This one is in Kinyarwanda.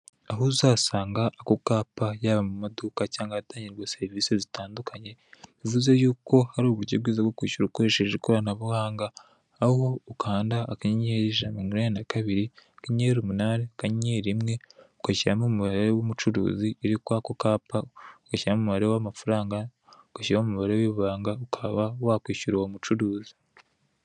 Aho uzasanga ako kapa haba mu maduka cyangwa ahatangirwa serivise zitandukanye, bivuze yuko hari uburyo bwiza bwo kwishyura ukoresheje ikoranabuhanga, aho ukanda akanyenyeri , ijana na mirongo inani na kabiri, akanyenyeri, umunani, akanyenyeri rimwe, ugashyiramo umubare w'umucuruzi uri kw'ako kapa, ugashyiramo umubare w'amafaranga, ugashyiramo umubare w'ibanga, ukaba wakwishyura uwo mucuruzi.